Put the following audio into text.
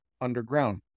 underground